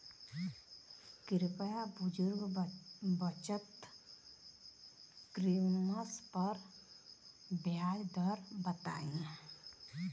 कृपया बुजुर्ग बचत स्किम पर ब्याज दर बताई